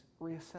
reassess